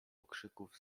okrzyków